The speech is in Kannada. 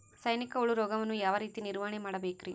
ಸೈನಿಕ ಹುಳು ರೋಗವನ್ನು ಯಾವ ರೇತಿ ನಿರ್ವಹಣೆ ಮಾಡಬೇಕ್ರಿ?